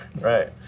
Right